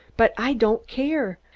but i don't care.